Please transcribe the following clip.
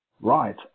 Right